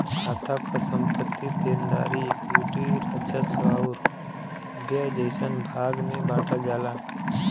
खाता क संपत्ति, देनदारी, इक्विटी, राजस्व आउर व्यय जइसन भाग में बांटल जाला